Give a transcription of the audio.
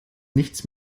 nichts